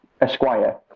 Esquire